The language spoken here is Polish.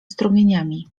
strumieniami